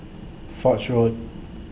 Foch Road